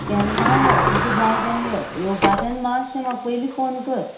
केन्नाय यो तुका जाय तेन्ना यो येवपाचे आनी मात्शे म्हाका पयलीं फोन कर